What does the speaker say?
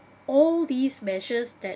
all these measures that